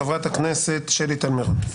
חברת הכנסת שלי טל מירון.